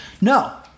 No